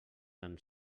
tan